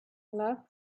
love